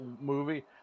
movie